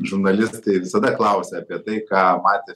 žurnalistai visada klausia apie tai ką matė